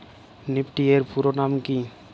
Nifty এর পুরোনাম কী?